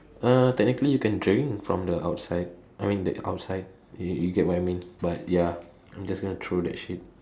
uh technically you can drink from the outside I mean the outside you you get what I mean but ya I'm just going to throw that shit